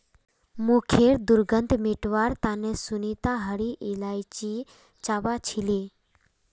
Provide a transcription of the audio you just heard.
मुँहखैर दुर्गंध मिटवार तने सुनीता हरी इलायची चबा छीले